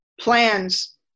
plans